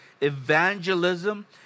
evangelism